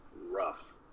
rough